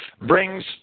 brings